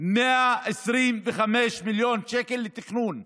125 מיליון שקל לתכנון.